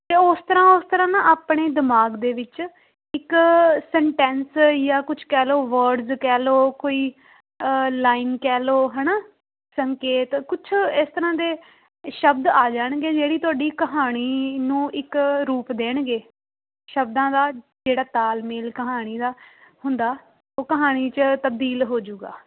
ਅਤੇ ਉਸ ਤਰ੍ਹਾਂ ਉਸ ਤਰ੍ਹਾਂ ਨਾ ਆਪਣੇ ਦਿਮਾਗ ਦੇ ਵਿੱਚ ਇੱਕ ਸਨਟੈਂਸ ਜਾਂ ਕੁਝ ਕਹਿ ਲਓ ਵਰਡਸ ਕਹਿ ਲਓ ਕੋਈ ਲਾਈਨ ਕਹਿ ਲਓ ਹੈ ਨਾ ਸੰਕੇਤ ਕੁਛ ਇਸ ਤਰ੍ਹਾਂ ਦੇ ਸ਼ਬਦ ਆ ਜਾਣਗੇ ਜਿਹੜੀ ਤੁਹਾਡੀ ਕਹਾਣੀ ਨੂੰ ਇੱਕ ਰੂਪ ਦੇਣਗੇ ਸ਼ਬਦਾਂ ਦਾ ਜਿਹੜਾ ਤਾਲਮੇਲ ਕਹਾਣੀ ਦਾ ਹੁੰਦਾ ਉਹ ਕਹਾਣੀ 'ਚ ਤਬਦੀਲ ਹੋਜੂਗਾ